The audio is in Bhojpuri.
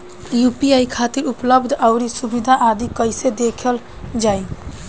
यू.पी.आई खातिर उपलब्ध आउर सुविधा आदि कइसे देखल जाइ?